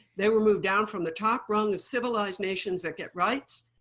they were moved down from the top rung of civilized nations that get rights,